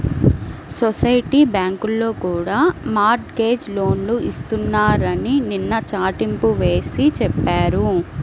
society బ్యాంకుల్లో కూడా mortgage లోన్లు ఇస్తున్నారని నిన్న చాటింపు వేసి చెప్పారు